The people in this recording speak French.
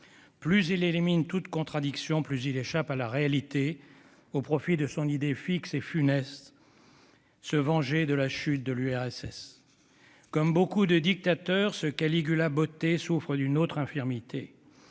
Plus il élimine toute contradiction, plus il échappe à la réalité, au profit de son idée fixe et funeste : se venger de la chute de l'URSS. Comme beaucoup de dictateurs, ce Caligula botté souffre d'une autre infirmité.